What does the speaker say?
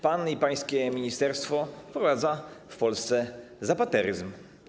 Pan i pańskie ministerstwo wprowadzacie w Polsce zapateryzm.